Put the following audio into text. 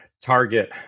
target